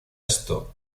esto